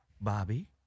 Bobby